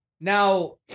now